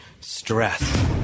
stress